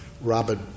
Robert